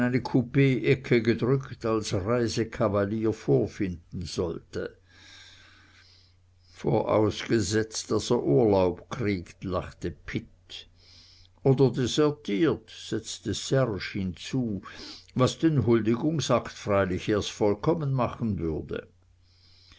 gedrückt als reisekavalier vorfinden sollte vorausgesetzt daß er urlaub kriegt lachte pitt oder desertiert setzte serge hinzu was den huldigungsakt freilich erst vollkommen machen würde